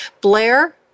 Blair